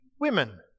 women